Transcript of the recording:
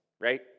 right